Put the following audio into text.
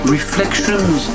Reflections